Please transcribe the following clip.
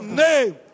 name